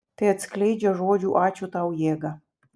tai atskleidžia žodžių ačiū tau jėgą